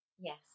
Yes